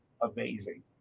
amazing